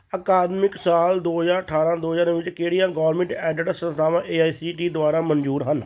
ਅਕਾਦਮਿਕ ਸਾਲ ਦੋ ਹਜ਼ਾਰ ਅਠਾਰਾਂ ਦੋ ਹਜ਼ਾਰ ਉੱਨੀ ਵਿੱਚ ਕਿਹੜੀਆਂ ਗੌਰਮੈਂਟ ਐਡਿਡ ਸੰਸਥਾਵਾਂ A I C T E ਦੁਆਰਾ ਮਨਜ਼ੂਰ ਹਨ